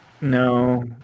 No